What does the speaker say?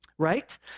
right